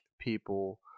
people